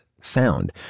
sound